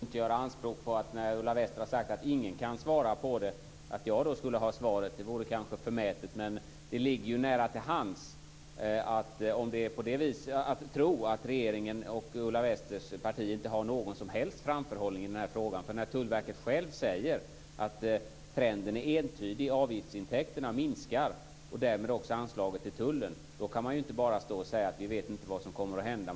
Fru talman! Jag vill inte göra anspråk på att när Ulla Wester har sagt att ingen kan svara på det att jag skulle ha svaret. Det vore kanske förmätet, men det ligger nära till hands att tro att regeringen och Ulla Westers parti inte har någon som helst framförhållning i den här frågan. När Tullverket självt säger att trenden är entydig, avgiftsintäkterna minskar och därmed också anslaget till tullen, då kan man inte bara säga att vi inte vet vad som kommer att hända.